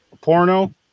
Porno